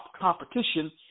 competition